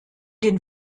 den